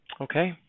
Okay